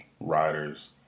riders